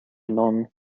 non